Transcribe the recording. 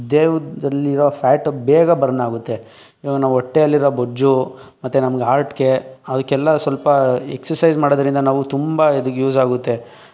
ದೇಹದಲ್ಲಿರೋ fat ಬೇಗ burn ಆಗುತ್ತೆ ಈಗ ನಮ್ಮ ಹೊಟ್ಟೆಯಲ್ಲಿರೋ ಬೊಜ್ಜು ಮತ್ತು ನಮ್ಗೆ ಹಾರ್ಟ್ಗೆ ಅದಕ್ಕೆಲ್ಲ ಸ್ವಲ್ಪ ಎಕ್ಸಸೈಸ್ ಮಾಡೋದರಿಂದ ನಾವು ತುಂಬ ಇದು ಯೂಸ್ ಆಗುತ್ತೆ